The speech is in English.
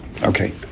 Okay